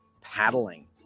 paddling